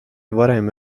varem